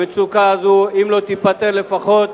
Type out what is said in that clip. המצוקה הזאת, אם לא תיפתר לפחות